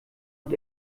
und